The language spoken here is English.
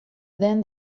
then